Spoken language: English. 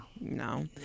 No